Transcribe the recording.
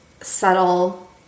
subtle